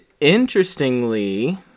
interestingly